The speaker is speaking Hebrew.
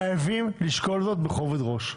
חייבים לשקול זאת בכובד ראש.